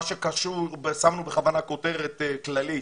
מה שקשור, בכוונה שמנו כותרת כללית